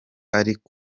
ariko